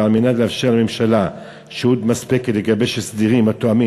ועל מנת לאפשר לממשלה שהות מספקת לגבש הסדרים התואמים